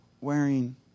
wearing